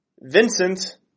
Vincent